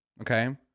Okay